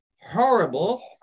horrible